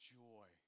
joy